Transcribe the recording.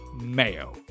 mayo